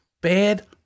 Bad